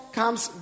comes